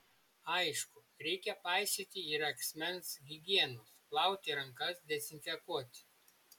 aišku reikia paisyti ir asmens higienos plauti rankas dezinfekuoti